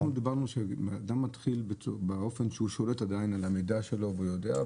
אנחנו דיברנו שאדם מתחיל באופן שהוא שולט עדיין על המידע שלו והוא יודע,